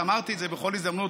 אמרתי את זה בכל הזדמנות,